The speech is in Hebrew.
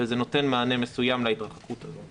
וזה נותן מענה מסוים להתרחקות הזאת.